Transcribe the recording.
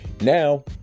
Now